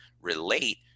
relate